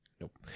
Nope